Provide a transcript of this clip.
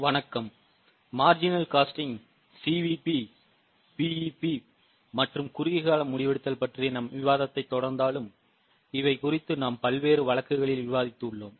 வணக்கம் marginal costing CVP BEP குறுகியகால முடிவெடுத்தல் பற்றிய நம் விவாதத்தைத் தொடர்ந்தாலும் இவை குறித்து நாம் பல்வேறு வழக்குகளில் விவாதித்து உள்ளோம்